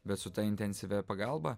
bet su ta intensyvia pagalba